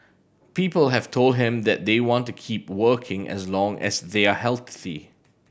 people have told him that they want to keep working as long as they are healthy